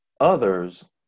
others